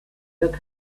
look